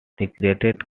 recruit